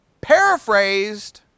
paraphrased